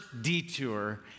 detour